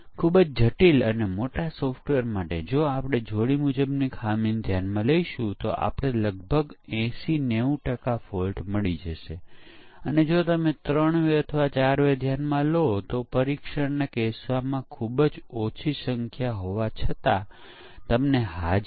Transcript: તેથી પરીક્ષણના આયોજન દરમિયાન આપણે નક્કી કરીએ છીએ કે કયા પ્રકારનાં પરીક્ષણો અને કઈ વ્યૂહરચના ગોઠવવા જોઈએ દરેક વ્યૂહરચના માટે કેટલા પ્રયત્નો આપવાના છે